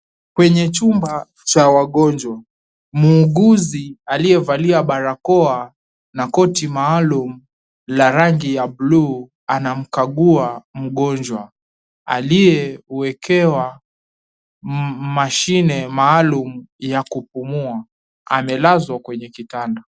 Kwenye chumba cha wagonjwa muuguzi aliyevalia barakoa na koti maalum la rangi ya buluu anamkagua mgonjwa aliyewekewa mashine maalum ya kupuma amelazwa kwenye kitanda.